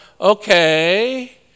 okay